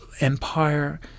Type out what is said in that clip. empire